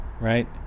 right